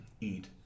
eat